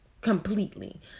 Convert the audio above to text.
completely